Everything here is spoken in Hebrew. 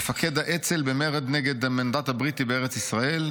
מפקד האצ"ל במרד נגד המנדט הבריטי בארץ ישראל,